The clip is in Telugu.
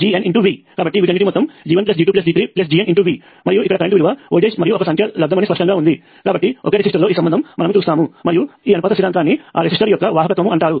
కాబట్టి వీటన్నిటి మొత్తము G1G2G3GNV మరియు ఇక్కడ కరెంట్ విలువ వోల్టేజ్ మరియు ఒక సంఖ్య లబ్దము అని స్పష్టంగా ఉంది కాబట్టి ఒకే రెసిస్టర్ లో ఈ సంబంధము మనము చూస్తాము మరియు ఈ అనుపాత స్థిరాంకాన్ని ఆ రెసిస్టర్ యొక్క వాహకత్వము అంటారు